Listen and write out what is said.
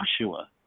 Joshua